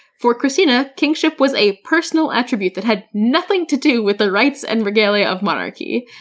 for kristina, kingship was a personal attribute that had nothing to do with the rights and regalia of monarchy.